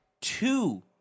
Two